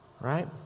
right